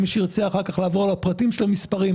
אם מישהו ירצה אחר כך לעבור לפרטי המספרים: